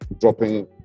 dropping